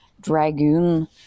dragoon